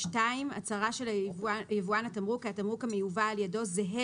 (2)הצהרה של יבואן התמרוק כי התמרוק המיובא על ידו זהה